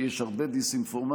כי יש הרבה דיסאינפורמציה,